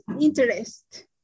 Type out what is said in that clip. interest